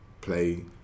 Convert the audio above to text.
play